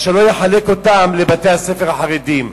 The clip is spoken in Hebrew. אז שלא יחלק אותם לבתי-הספר החרדיים.